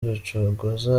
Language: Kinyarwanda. rucogoza